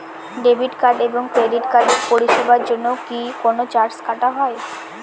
Debit card এবং credit কার্ডের পরিষেবার জন্য কি কোন চার্জ কাটা হয়?